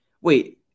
Wait